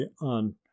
on